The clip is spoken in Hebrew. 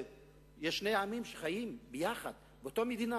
שני עמים שחיים יחד באותה מדינה,